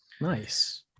Nice